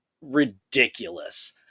Ridiculous